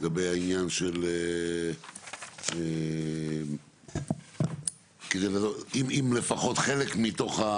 לגבי העניין, אם זה